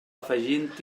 afegint